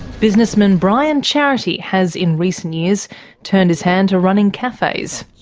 businessman brian charity has in recent years turned his hand to running cafes.